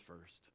first